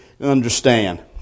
understand